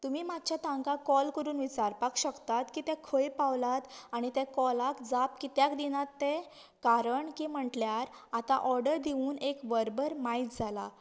तुमी मातशें तांकां कॉल करून विचारपाक शकतात की ते खंय पावलात आनी ते कॉलाक जाप कित्याक दिनात तें कारण की म्हटल्यार आतां ऑर्डर दिवून ए वर भर मायज जाला